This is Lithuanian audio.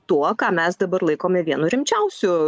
tuo ką mes dabar laikome vienu rimčiausių